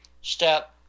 step